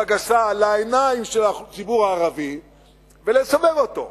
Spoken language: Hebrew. גסה לעיניים של הציבור הערבי ולסובב אותה.